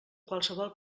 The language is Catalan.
qualsevol